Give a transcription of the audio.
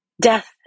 Death